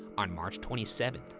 on march twenty seven,